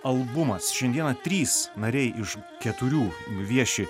albumas šiandien trys nariai iš keturių vieši